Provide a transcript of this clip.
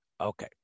Okay